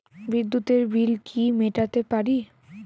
বিদ্যুতের বিল কি মেটাতে পারি?